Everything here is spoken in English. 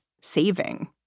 saving